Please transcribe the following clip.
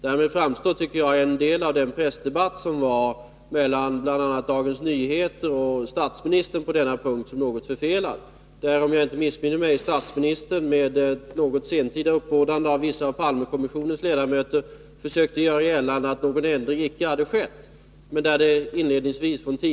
Därmed framstår, tycker jag, en del av den pressdebatt som på denna punkt förts mellan bl.a. Dagens Nyheter och statsministern som något förfelad. Inledningsvis gjordes från tidningens sida gällande att ändring hade skett. Om jag inte missminner mig försökte då statsministern med ett något senkorhmet uppbådande av vissa av Palmekommissionens ledamöter göra gällande att någon ändring icke hade skett.